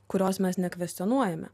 kurios mes nekvestionuojame